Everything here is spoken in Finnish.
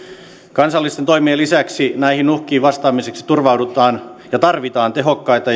kansallisten toimien lisäksi näihin uhkiin vastaamiseksi tarvitaan tehokkaita